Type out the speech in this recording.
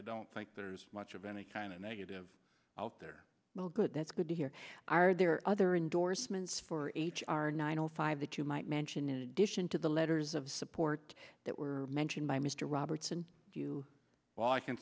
don't think there's much of any kind of negative out there well good that's good to hear are there other endorsements for h r nine o five that you might mention in addition to the letters of support that were mentioned by mr robertson do you well i can